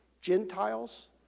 Gentiles